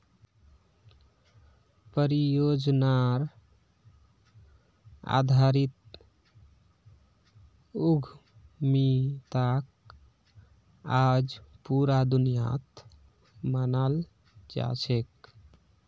परियोजनार आधारित उद्यमिताक आज पूरा दुनियात मानाल जा छेक